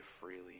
freely